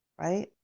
right